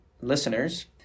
listeners